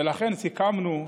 ולכן סיכמנו,